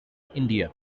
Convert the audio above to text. india